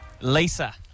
Lisa